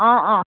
অঁ অঁ